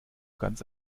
ganz